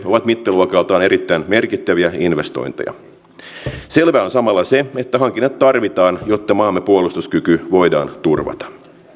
ovat mittaluokaltaan erittäin merkittäviä investointeja selvää on samalla se että hankinnat tarvitaan jotta maamme puolustuskyky voidaan turvata